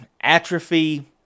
atrophy